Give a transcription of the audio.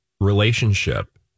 relationship